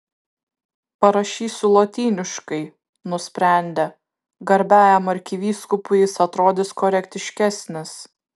parašysiu lotyniškai nusprendė garbiajam arkivyskupui jis atrodys korektiškesnis